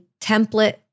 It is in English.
template